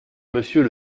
monsieur